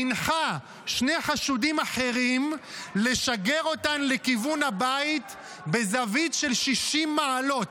הנחה שני חשודים אחרים לשגר אותן לכיוון הבית בזווית של 60 מעלות,